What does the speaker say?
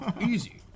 Easy